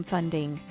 Funding